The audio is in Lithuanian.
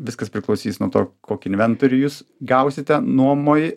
viskas priklausys nuo to kokį inventorių jūs gausite nuomoj